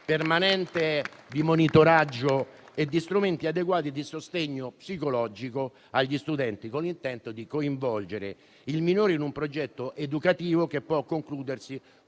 permanente di monitoraggio e di strumenti adeguati di sostegno psicologico agli studenti, con l'intento di coinvolgere il minore in un progetto educativo che può concludersi